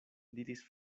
diris